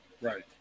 Right